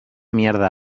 mierda